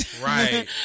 Right